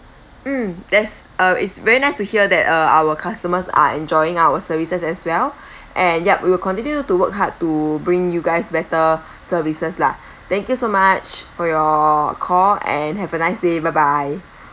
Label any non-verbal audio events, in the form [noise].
mm that's uh it's very nice to hear that uh our customers are enjoying our services as well [breath] and yup we will continue to work hard to bring you guys better services lah thank you so much for your call and have a nice day bye bye